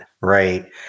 right